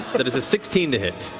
that is a sixteen to hit.